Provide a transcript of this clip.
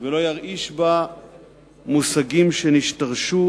ולא ירעיש בה מושגים שנשתרשו